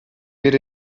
per